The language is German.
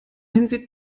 hinsieht